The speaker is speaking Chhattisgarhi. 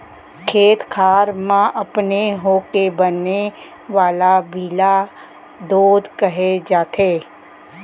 खेत खार म अपने होके बने वाला बीला दोंद कहे जाथे